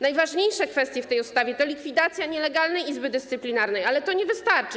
Najważniejsza kwestia w tej ustawie to likwidacja nielegalnej Izby Dyscyplinarnej, ale to nie wystarczy.